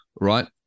right